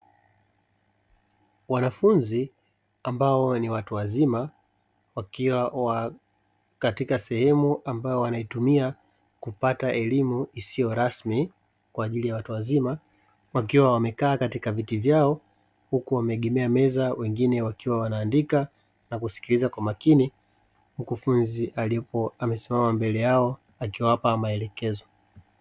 Wanafunzi ambao ni watu wazima, wakiwa katika sehemu ambayo wanaitumia kupata elimu isiyo rasmi, kwa ajili ya watu wazima wakiwa wamekaa katika vitu vyao huku wameegemea meza wengine wakiwa wanaandika na kusikiliza kwa makini, mkufunzi aliyepo amesimama mbele yao akiwapa maelekezo.